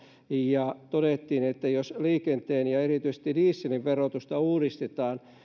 ja todettiin että jos liikenteen ja erityisesti dieselin verotusta uudistetaan